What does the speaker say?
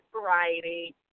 variety